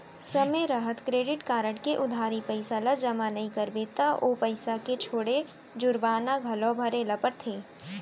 समे रहत credit card के उधारी पइसा ल जमा नइ करबे त ओ पइसा के छोड़े जुरबाना घलौ भरे ल परथे